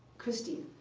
christy.